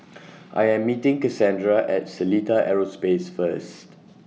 I Am meeting Kassandra At Seletar Aerospace First